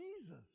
Jesus